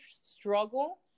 struggle